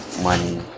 money